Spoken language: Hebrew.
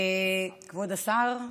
כבוד השר,